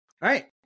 right